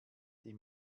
die